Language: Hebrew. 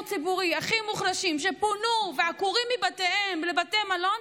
הציבורי הכי מוחלשים ועקורים מבתיהם לבתי מלון,